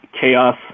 chaos